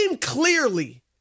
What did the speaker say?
clearly